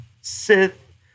Sith